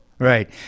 Right